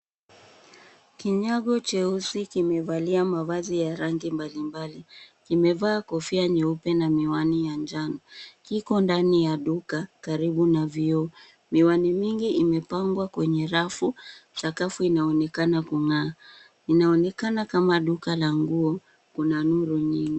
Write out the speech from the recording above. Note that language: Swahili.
Kinyago cheusi kimevalia mavazi ya rangi mbalimbali. Imevaa kofia nyeupe na miwani ya njano. Iko ndani ya duka karibu na vioo. Miwani nyingi imepangwa kwenye rafu. Sakafu inaonekana kukaa. Inaonekana kama duka la nguo. Kuna nuru nyingi.